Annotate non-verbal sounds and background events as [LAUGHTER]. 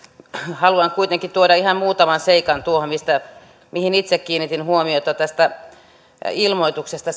haluan kuitenkin tuoda ihan muutaman seikan tuohon mihin itse kiinnitin huomiota seksuaalirikoksissa tästä ilmoituksesta [UNINTELLIGIBLE]